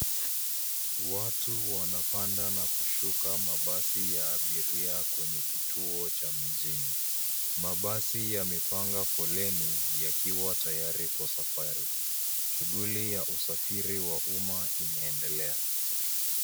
Watu wanapanda na kushuka mabasi ya abiria kwenye kituo cha mijini. Mabasi yamepanga foleni yakiwa tayari kwa safari. Shughuli ya usafiri wa umma inaendela.